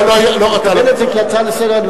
אני אקבל את זה כהצעה לסדר-היום,